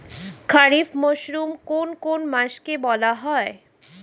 খারিফ মরশুম কোন কোন মাসকে বলা হয়?